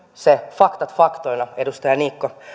faktat faktoina edustaja niikko